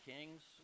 Kings